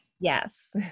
Yes